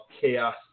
chaos